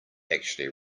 actually